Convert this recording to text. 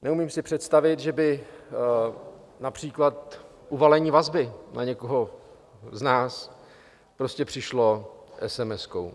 Neumím si představit, že by například uvalení vazby na někoho z nás prostě přišlo esemeskou.